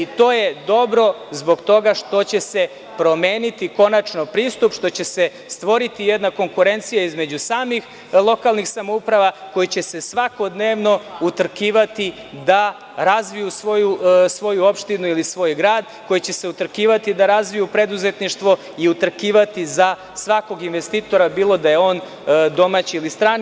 To je dobro zbog toga što će se promeniti konačno pristup, što će se stvoriti jedna konkurencija između samih lokalnih samouprava koje će se svakodnevno utrkivati da razviju svoju opštinu ili svoj grad, koje će se utrkivati da razviju preduzetništvo i utrkivati za svakog investitora, bilo da je on domaći ili strani.